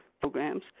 programs